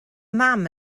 mam